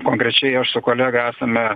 konkrečiai aš su kolega esame